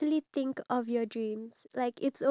avengers four right